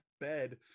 bed